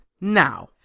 now